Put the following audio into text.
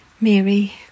Mary